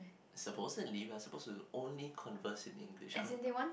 supposedly we are suppose to only converse in English i'm